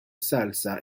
salsa